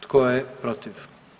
Tko je protiv?